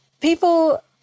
people